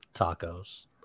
tacos